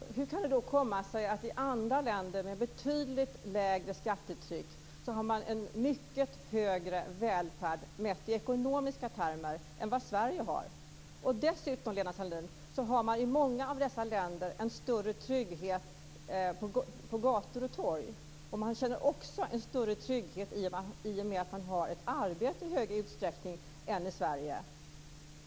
Fru talman! Hur kan det då komma sig att man i andra länder med betydligt lägre skattetryck har en mycket högre välfärd mätt i ekonomiska termer än vad Sverige har? Dessutom, Lena Sandlin-Hedman, har man i många av dessa länder en större trygghet på gator och torg. Man känner också en större trygghet i och med att man har arbete i högre utsträckning än i Sverige.